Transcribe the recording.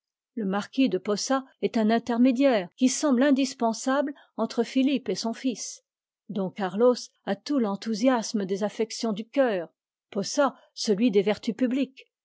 le marquis de posa est un intermédiaire qui semble indispensable entre philippe et son fils don carlos a tout l'enthousiasme des affections du cœur posa celui des vertus publiques